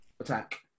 attack